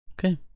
Okay